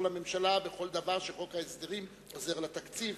לממשלה בכל דבר שבו חוק ההסדרים עוזר לתקציב,